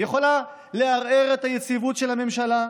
יכולה לערער את היציבות של הממשלה,